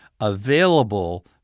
available